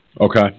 Okay